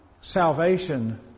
salvation